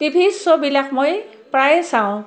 TV শ্ব'বিলাক মই প্ৰায়ে চাওঁ